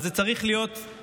אז זה צריך להיות עמוק